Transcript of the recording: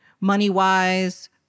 money-wise